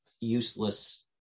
useless